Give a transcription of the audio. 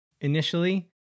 initially